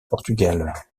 portugal